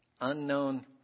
Unknown